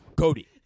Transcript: Cody